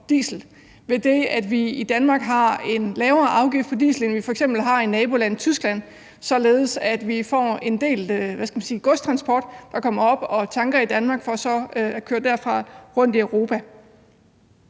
diesel ved det, at vi i Danmark har en lavere afgift på diesel, end der f.eks. er i nabolandet Tyskland, således at vi får en del godstransport, der kommer herop og tanker i Danmark for så at køre rundt i Europa